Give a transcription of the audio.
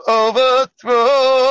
overthrow